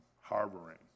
Harboring